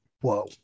Whoa